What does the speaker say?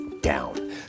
down